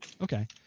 Okay